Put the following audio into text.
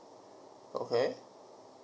okay